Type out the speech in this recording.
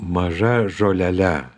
maža žolele